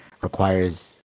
requires